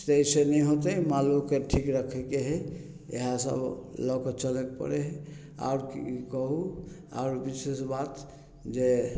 तैसँ नहि होतइ मालोके ठीक रखयके हइ इएह सब लअ कऽ चलयके पड़य हइ आओर की कहू आओर विशेष बात जे